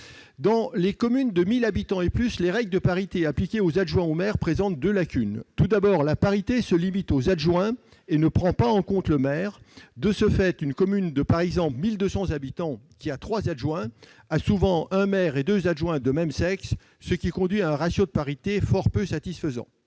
Dans les communes de 1 000 habitants et plus, les règles de parité appliquées aux adjoints au maire présentent deux lacunes. Tout d'abord, la parité se limite aux adjoints et ne prend pas en compte le maire. De ce fait, une commune, par exemple de 1 200 habitants, qui a trois adjoints, a souvent un maire et deux adjoints de même sexe, ce qui conduit à un ratio de parité fort peu satisfaisant.